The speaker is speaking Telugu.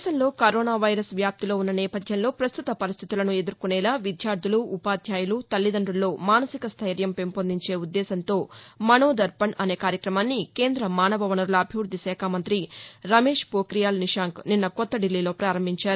దేశంలో కరోనా వైరస్ వ్యాప్తిలో ఉన్న నేపథ్యంలో ప్రస్తుత పరిస్థితులను ఎదుర్కొనేలా విద్యార్థులు ఉపాధ్యాయులు తల్లిదండుల్లో మానసిక స్టైర్యం పెంపొందించే ఉద్దేశంతో మనో దర్పణ్ అనే కార్యక్రమాన్ని కేంద్ర మానవ వనరుల అభివృద్ది శాఖ మంతి రమేష్ పోక్రియాల్ నిశాంక్ నిన్న కొత్త దిల్లీలో ప్రారంభించారు